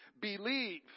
believe